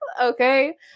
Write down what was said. Okay